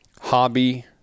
hobby